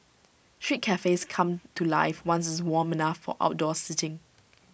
street cafes come to life once IT is warm enough for outdoor seating